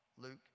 Luke